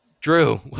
Drew